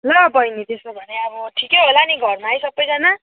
ल बैनी त्यसो भने अब ठिकै होला नि घरमा है सबैजना